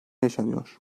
yaşanıyor